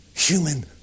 human